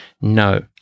No